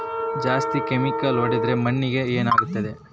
ಜಾಸ್ತಿ ಕೆಮಿಕಲ್ ಹೊಡೆದ್ರ ಮಣ್ಣಿಗೆ ಏನಾಗುತ್ತದೆ?